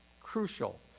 crucial